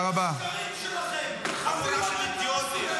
רעולי הפנים זה כוח שמירה של הצבא,